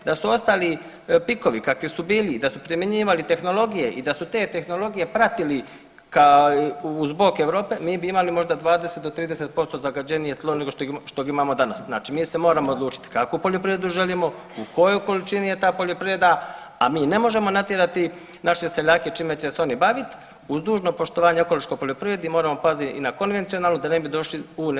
Da su ostali pikovi kakvi su bili i da su primjenjivali tehnologije i da su te tehnologije pratili zbog Europe mi bi imali možda 20 do 30% zagađenije tlo nego što ga imamo danas, znači mi se moramo odlučiti kakvu poljoprivredu želimo, u kojoj količini je ta poljoprivreda, a mi ne možemo natjerati naše seljake čime će se oni bavit, uz dužno poštovanje o ekološkoj poljoprivredi moramo pazit i na konvencionalnu da ne bi došli u nestašicu hrane.